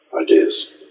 ideas